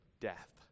death